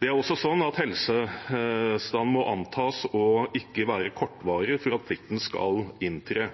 Det er også sånn at helsetilstanden må antas å ikke være kortvarig for at plikten skal inntre.